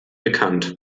bekannt